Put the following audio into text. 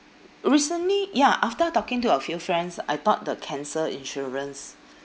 recently ya after talking to a few friends I thought the cancer insurance